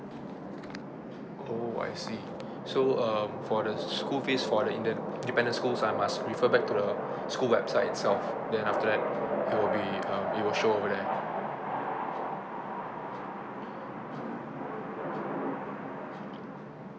oh I see so um for the school fees for the inde~ independent schools I must refer back to the school website itself then after that it will be um it will show over there